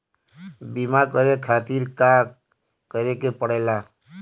बीमा करे खातिर का करे के पड़ेला?